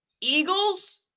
eagles